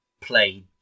play